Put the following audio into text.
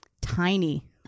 tiny